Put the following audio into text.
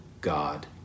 God